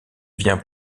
vient